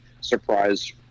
surprise